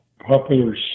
popular